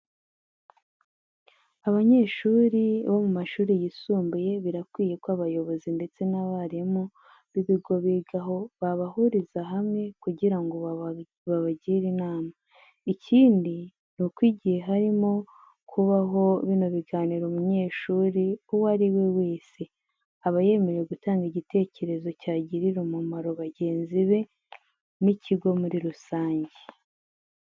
Abanyeshuri bo mu mashuri yisumbuye birakwiye ko abayobozi ndetse n'abarimu b'ibigo bigaho, babahuriza hamwe kugira ngo babagire inama. Ikindi nuko igihe hari kubaho bino biganiro, umunyeshuri uwo ari we wese aba yemerewe gutanga igitekerezo cyagirira umumaro bagenzi be n'ikigo muri rusange.